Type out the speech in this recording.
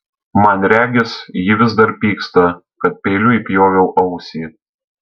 man regis ji vis dar pyksta kad peiliu įpjoviau ausį